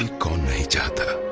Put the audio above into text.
and karnataka.